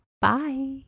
Bye